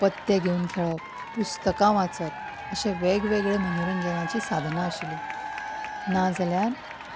पत्ते घेवन खेळप पुस्तकां वाचप अशे वेगवेगळे मनोरंजनाचीं सादना आशिल्लीं नाजाल्यार